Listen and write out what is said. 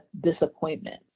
disappointment